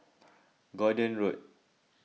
Gordon Road